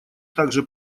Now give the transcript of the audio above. также